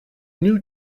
new